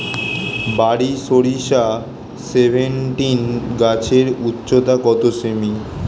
বারি সরিষা সেভেনটিন গাছের উচ্চতা কত সেমি?